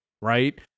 right